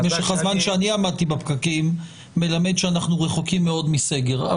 משך הזמן שאני עמדתי בפקקים מלמד שאנחנו רחוקים מאוד מסגר.